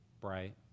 bright